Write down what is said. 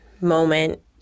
moment